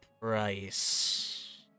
price